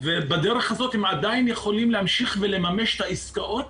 ובדרך הזאת הם עדיין יכולים להמשיך ולממש את העסקאות